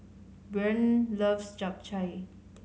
Breanne loves Japchae